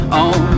on